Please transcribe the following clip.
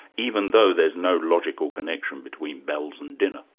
even though there's no logical connection between bells and dinner.